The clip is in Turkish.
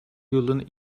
yılın